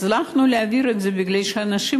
הצלחנו להעביר את זה בגלל שאנשים